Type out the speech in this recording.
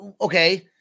okay